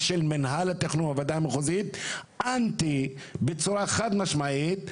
של מינהל התכנון והוועדה המחוזית הייתה אנטי בצורה חד משמעית,